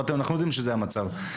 ואנחנו יודעים שזה המצב.